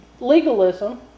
legalism